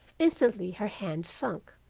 instantly her hand sunk,